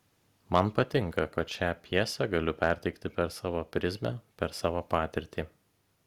man patinka kad šią pjesę galiu perteikti per savo prizmę per savo patirtį